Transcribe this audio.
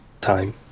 time